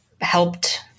helped